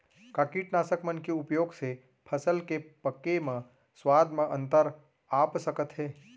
का कीटनाशक मन के उपयोग से फसल के पके म स्वाद म अंतर आप सकत हे?